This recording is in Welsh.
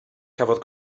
cafodd